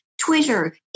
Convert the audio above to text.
Twitter